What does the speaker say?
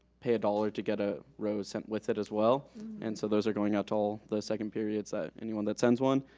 pay a dollar to get a rose sent with it as well and so those are going out to all the second period. so anyone that sends one.